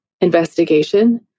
investigation